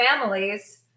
families